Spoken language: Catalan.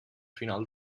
final